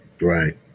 Right